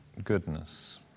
goodness